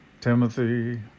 Timothy